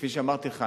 כפי שאמרתי לך,